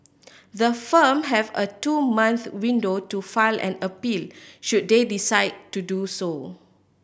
the firm have a two month window to file an appeal should they decide to do so